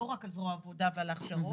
לא רק על זרוע העבודה ועל ההכשרות,